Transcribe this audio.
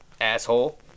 Asshole